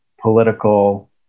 political